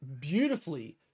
beautifully